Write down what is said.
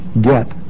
get